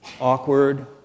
Awkward